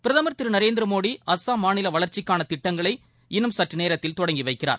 பிரதமர் திரு நரேந்திரமோடி அஸ்ஸாம் மாநில வளர்ச்சிக்கான திட்டங்களை இன்னும் சற்று நேரத்தில் தொடங்கி வைக்கிறார்